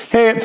Hey